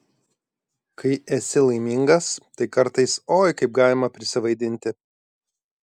kai esi laimingas tai kartais oi kaip galima prisivaidinti